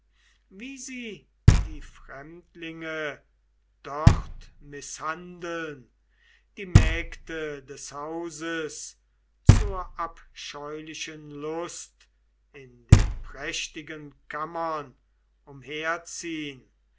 wie sie die fremdlinge dort mißhandeln die mägde des hauses zur abscheulichen lust in den prächtigen kammern